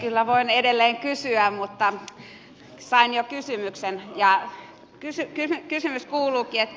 kyllä voin edelleen kysyä mutta sain jo kysymyksen ja kysymys kuuluukin